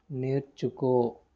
నేర్చుకో